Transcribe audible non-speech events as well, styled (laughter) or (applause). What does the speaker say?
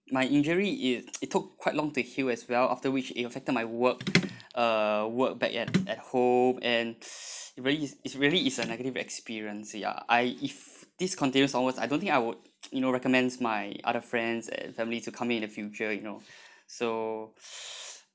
my injury it it took quite long to heal as well after which it affected my work uh work back at at home and (breath) really is it's really is a negative experience ya I if this continues almost I don't think I would you know recommends my other friends and family to come in the future you know (breath) so (breath)